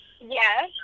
yes